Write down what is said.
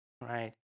right